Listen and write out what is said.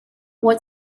what